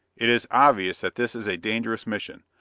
it is obvious that this is a dangerous mission.